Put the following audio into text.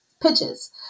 pitches